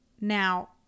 Now